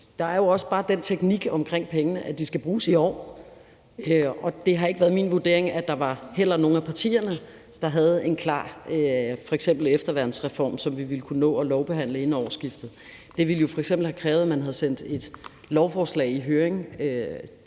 at der jo også bare er den teknik omkring pengene, at de skal bruges i år. Og det har været min vurdering, at der heller ikke var nogen af partierne, der havde en klar f.eks. efterværnsreform, som vi ville kunne nå at lovbehandle inden årsskiftet. Det ville jo f.eks. have krævet, at man havde sendt et lovforslag i høring